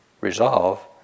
resolve